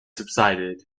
subsided